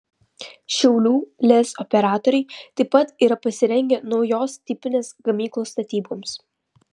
šiaulių lez operatoriai taip pat yra pasirengę naujos tipinės gamyklos statyboms